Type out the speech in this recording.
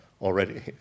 already